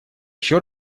еще